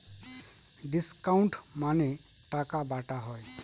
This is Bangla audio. ডিসকাউন্ট মানে টাকা বাটা হয়